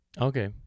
okay